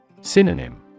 Synonym